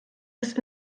ist